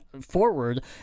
forward